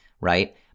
right